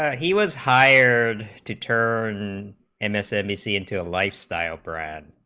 he was hired to turn and msnbc into a lifestyle brand,